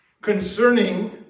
concerning